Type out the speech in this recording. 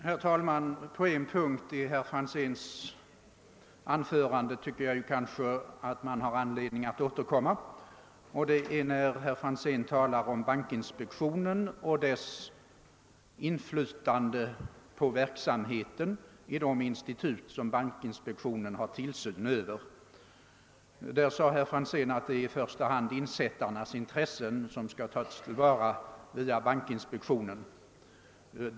Herr talman! En punkt i herr Franzéns i Motala anförande ger mig anledning att återkomma — det är när herr Franzén talar om bankinspektionens kontroll av verksamheten i de institut som bankinspektionen har tillsyn över. Herr Franzén sade att bankinspektionen i första hand skall tillvarata insättarnas intressen.